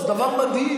זה דבר מדהים.